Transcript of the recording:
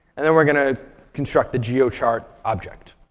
and then we're going to construct the geochart object.